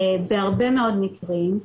בהרבה מאוד מקרים,